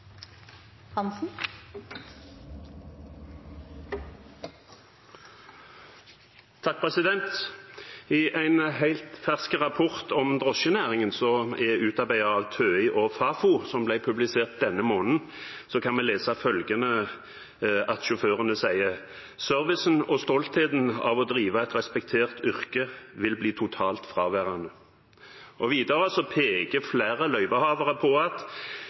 Hansen – til oppfølgingsspørsmål. I en helt fersk rapport om drosjenæringen, som er utarbeidet av TØI og Fafo, og som ble publisert denne måneden, kan vi lese hva drosjesjåførene sier: «Servicen og stoltheten av å drive et respektert yrke vil bli totalt fraværende Videre peker flere løyvehavere på